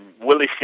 Willie